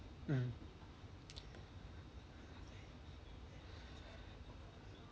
mm